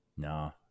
No